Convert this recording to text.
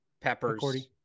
Peppers